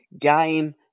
game